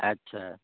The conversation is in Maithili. अच्छा